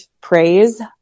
praise